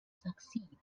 succeed